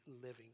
living